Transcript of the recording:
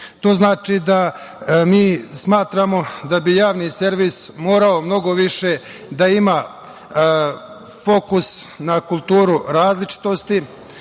znači da mi smatramo da bi javni servis morao mnogo više da ima fokus na kulturu različitosti,